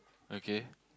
okay